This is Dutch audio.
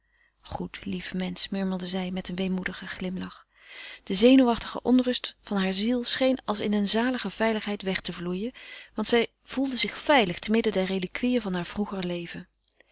goed lief mensch murmelde zij met een weemoedigen glimlach de zenuwachtige onrust harer ziel scheen als in een zalige veiligheid weg te vloeien want zij voelde zich veilig te midden der reliquieën van haar vroeger leven